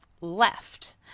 left